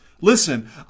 Listen